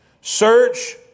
search